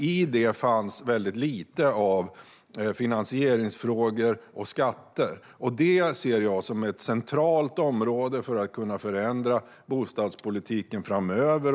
I detta finns väldigt lite av finansieringsfrågor och skatter, och det ser jag som ett centralt område för att kunna förändra bostadspolitiken framöver.